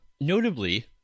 notably